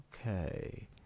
okay